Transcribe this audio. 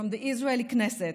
from the Israeli Knesset,